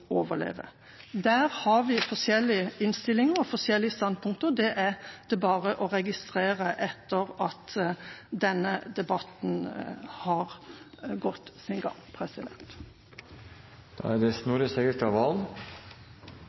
overleve. Der har vi forskjellig innstilling og forskjellige standpunkter. Det er det bare å registrere etter at denne debatten har gått sin gang.